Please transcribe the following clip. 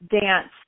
dance